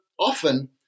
often